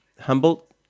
Humboldt